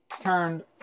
turned